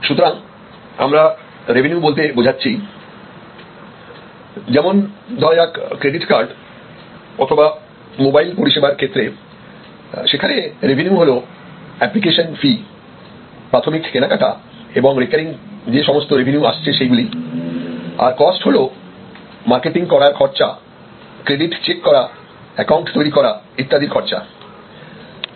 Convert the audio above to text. সুতরাং আমরা রেভিনিউ বলতে বোঝাচ্ছি যেমন ধরা যাক ক্রেডিট কার্ড অথবা মোবাইল সার্ভিসের ক্ষেত্রে সেখানে রেভিনিউ হল অ্যাপ্লিকেশন ফি প্রাথমিক কেনাকাটা এবং রেকারিং যে সমস্ত রেভিনিউ আসছে সেইগুলি আর কস্ট হল মার্কেটিং করার খরচা ক্রেডিট চেক করা অ্যাকাউন্ট তৈরি করা ইত্যাদির খরচা